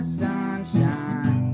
sunshine